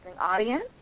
audience